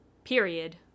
period